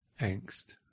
angst